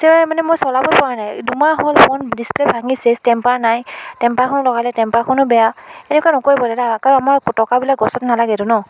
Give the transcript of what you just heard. যে মানে মই চলাবই পৰা নাই দুমাহ হ'ল ফ'ন ডিচপ্লে ভাঙি চেচ টেম্পাৰ নাই টেম্পাৰখনো লগালে টেম্পাৰখনো বেয়া এনেকুৱা নকৰিব দাদা কাৰণ আমাৰ টকাবিলাক গছত নালাগেতো ন